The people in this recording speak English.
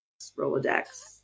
Rolodex